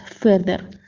further